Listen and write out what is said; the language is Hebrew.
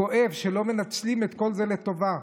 כואב שלא מנצלים את כל זה לטובה.